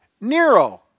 Nero